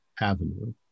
Avenue